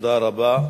תודה רבה.